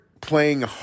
Playing